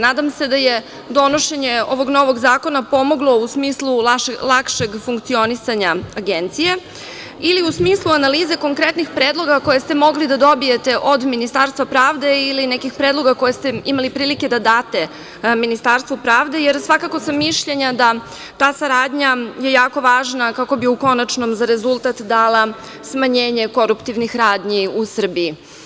Nadam se da je donošenje ovog novog zakona pomoglo u smislu lakšeg funkcionisanja Agencije, ili u smislu analize konkretnih predloga koje ste mogli da dobijete od Ministarstva pravde, ili nekih predloga koje ste imali prilike da date Ministarstvu pravde, jer svakako sam mišljenja da ta saradnja je jako važna kako bi u konačnom za rezultat dala smanjenje koruptivnih radnji u Srbiji.